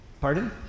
pardon